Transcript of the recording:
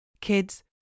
Kids